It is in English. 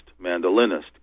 mandolinist